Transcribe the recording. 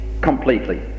completely